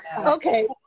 Okay